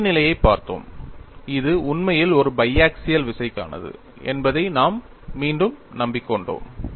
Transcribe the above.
எல்லை நிலையைப் பார்த்தோம் இது உண்மையில் ஒரு பைஆக்சியல் விசைக்கானது என்பதை நாம் மீண்டும் நம்பிக் கொண்டோம்